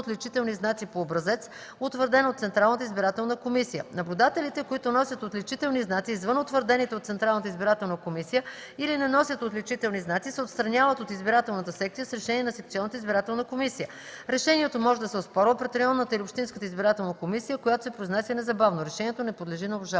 отличителни знаци по образец, утвърден от Централната избирателна комисия. Наблюдателите, които носят отличителни знаци извън утвърдените от Централната избирателна комисия или не носят отличителни знаци, се отстраняват от избирателната секция с решение на секционната избирателна комисия. Решението може да се оспорва пред районната или общинската избирателна комисия, която се произнася незабавно. Решението не подлежи на обжалване.”